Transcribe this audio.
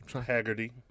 Haggerty